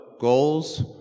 goals